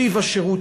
טיב השירות,